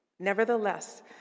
Nevertheless